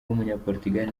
w’umunyaportugal